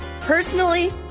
Personally